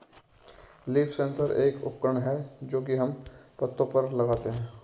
leaf sensor एक उपकरण है जो की हम पत्तो पर लगाते है